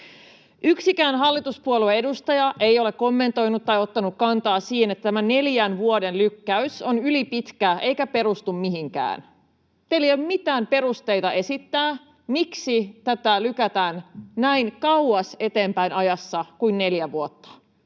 Yksikään hallituspuolueen edustaja ei ole kommentoinut sitä tai ottanut kantaa siihen, että tämä neljän vuoden lykkäys on ylipitkä eikä perustu mihinkään. Teillä ei ole mitään perusteita esittää, miksi tätä lykätään näin kauas eteenpäin ajassa kuin neljä vuotta,